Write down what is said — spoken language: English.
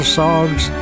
songs